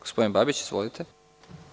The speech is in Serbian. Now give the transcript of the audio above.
Gospodin Babić, izvolite.